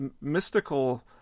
mystical